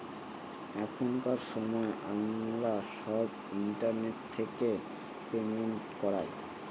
এখনকার সময় আমরা সব ইন্টারনেট থেকে পেমেন্ট করায়